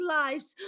lives